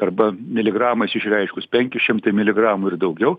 arba miligramais išreiškus penki šimtai miligramų ir daugiau